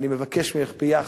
אני מבקש ממך, ביחד,